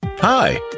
Hi